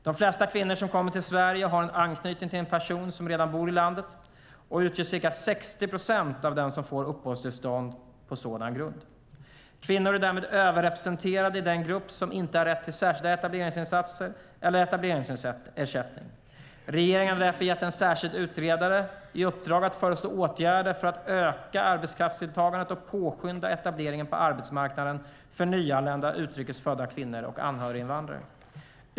De flesta kvinnor som kommer till Sverige har anknytning till en person som redan bor i landet och utgör ca 60 procent av dem som får uppehållstillstånd på sådan grund. Kvinnor är därmed överrepresenterade i den grupp som inte har rätt till särskilda etableringsinsatser eller etableringsersättning. Regeringen har därför gett en särskild utredare i uppdrag att föreslå åtgärder för att öka arbetskraftsdeltagandet och påskynda etableringen på arbetsmarknaden för nyanlända utrikes födda kvinnor och anhöriginvandrare.